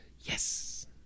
Yes